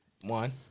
One